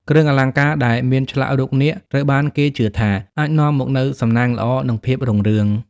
គ្រឿងអលង្ការដែលមានឆ្លាក់រូបនាគត្រូវបានគេជឿថាអាចនាំមកនូវសំណាងល្អ និងភាពរុងរឿង។